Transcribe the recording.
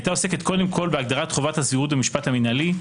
היא הייתה עוסקת קודם כל בהגדרת חובת הסבירות במשפט המנהלי,